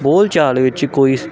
ਬੋਲਚਾਲ ਵਿੱਚ ਕੋਈ